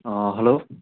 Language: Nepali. हेलो